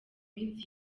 minsi